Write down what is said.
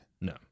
No